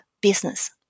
business